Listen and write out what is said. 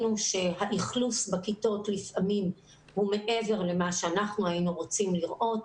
האכלוס בכיתות לפעמים הוא מעבר למה שאנחנו היינו רוצים לראות.